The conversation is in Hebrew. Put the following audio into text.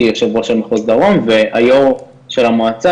יושב ראש מחוז דרום והיו"ר של המועצה,